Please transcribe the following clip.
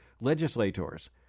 legislators